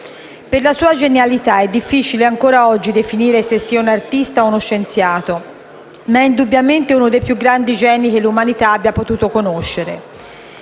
Per la sua genialità, è difficile ancora oggi definire se sia un'artista o uno scienziato, ma è indubbiamente uno dei più grandi geni che l'umanità abbia potuto conoscere.